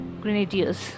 Grenadiers